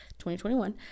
2021